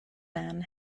man